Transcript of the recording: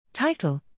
Title